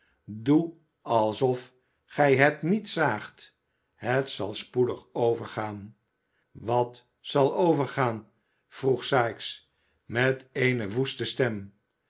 doe alsof gij het niet zaagt het zal spoedig overgaan wat zal overgaan vroeg sikes met eene woeste stem